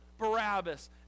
Barabbas